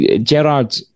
Gerard